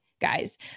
guys